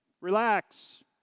relax